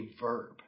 verb